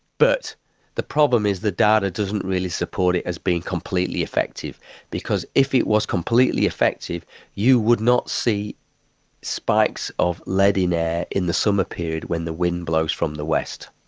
but the problem is the data doesn't really support it as being completely effective because if it was completely effective you would not see spikes of lead in air in the summer period when the wind blows from the west.